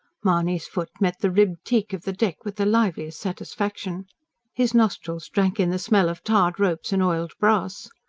mahony's foot met the ribbed teak of the deck with the liveliest satisfaction his nostrils drank in the smell of tarred ropes and oiled brass.